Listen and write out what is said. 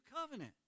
covenant